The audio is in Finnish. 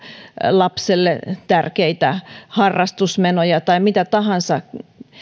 lapselle tärkeitä harrastusmenoja tai mitä tahansa